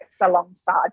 alongside